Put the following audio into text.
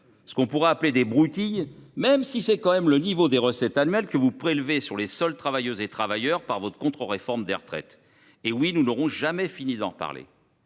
d’euros près : des broutilles, même si c’est le niveau des recettes annuelles que vous prélevez sur les seuls travailleuses et travailleurs par votre contre réforme des retraites… Eh oui, nous n’aurons jamais fini d’en parler